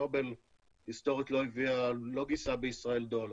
נובל היסטורית לא גייסה בישראל דולר.